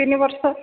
ତିନି ବର୍ଷ